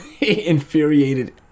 infuriated